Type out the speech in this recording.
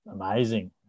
amazing